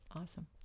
Awesome